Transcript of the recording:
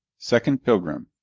second pilgrim.